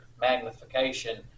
magnification